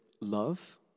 love